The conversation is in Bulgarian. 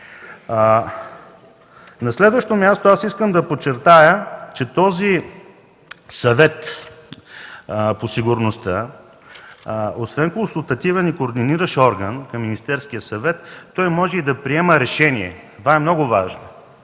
На следващо място ще подчертая, че този Съвет по сигурността освен консултативен и координиращ орган към Министерския съвет, може да приеме решение. Това е много важно.